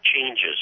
changes